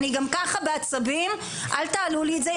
אני גם ככה בעצבים אל תעלו לי את זה,